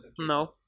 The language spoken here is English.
No